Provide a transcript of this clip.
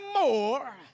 more